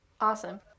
Awesome